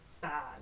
bad